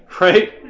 right